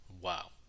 Wow